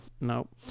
Nope